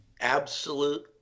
absolute